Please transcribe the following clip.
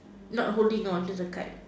not holding onto the kite